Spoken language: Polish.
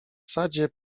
sadzie